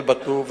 אל-בטוף,